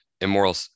immoral